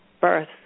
birth